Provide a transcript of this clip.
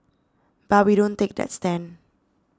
but we don't take that stand